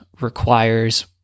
requires